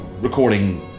recording